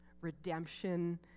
redemption